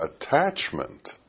attachment